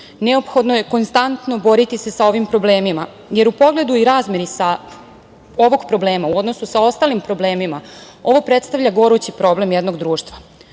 Neophodno je konstantno boriti se sa ovim problemima jer u pogledu i razmeni ovog problema u odnosu sa ostalim problemima ovo predstavlja gorući problem jednog društva.